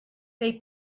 they